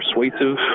persuasive